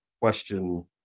question